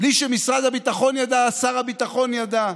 בלי שמשרד הביטחון ידע, שר הביטחון ידע,